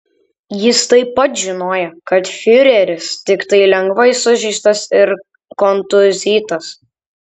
jis taip pat žinojo kad fiureris tiktai lengvai sužeistas ir kontūzytas